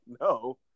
No